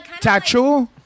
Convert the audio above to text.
Tattoo